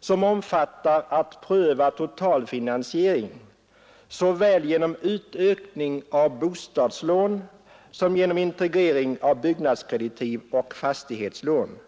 som omfattar att pröva totalfinansiering såväl genom utökning av bostadslån som genom integrering av byggnadskreditiv och fastighetslån.